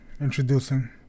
introducing